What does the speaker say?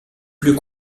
plus